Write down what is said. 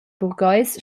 burgheis